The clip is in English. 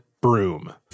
broom